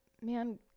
man